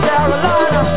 Carolina